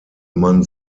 man